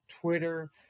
Twitter